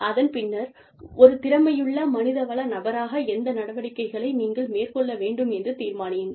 அதன் பின்னர் ஒரு திறமையுள்ள மனித வள நபராக எந்த நடவடிக்கைகளை நீங்கள் மேற்கொள்ள வேண்டும் என்று தீர்மானியுங்கள்